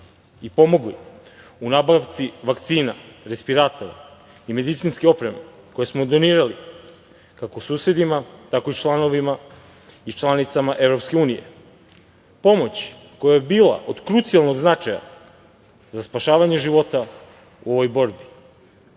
i pomogli u nabavci vakcina, respiratora i medicinske opreme, koju smo donirali kako susedima, tako i članovima i članicama Evropske unije. Pomoć koja je bila od krucijalnog značaja za spašavanje života u ovoj borbi